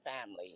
family